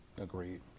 Agreed